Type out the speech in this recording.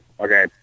Okay